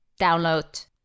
download